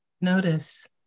Notice